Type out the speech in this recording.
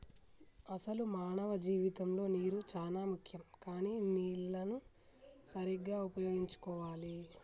అసలు మానవ జీవితంలో నీరు చానా ముఖ్యం కానీ నీళ్లన్ను సరీగ్గా ఉపయోగించుకోవాలి